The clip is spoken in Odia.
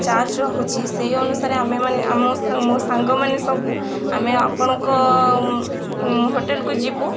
ଚାର୍ଜ ରହୁଛି ସେଇ ଅନୁସାରେ ଆମେମାନେ ଆମ ମୋ ସାଙ୍ଗମାନେ ସବୁ ଆମେ ଆପଣଙ୍କ ହୋଟେଲ୍କୁ ଯିବୁ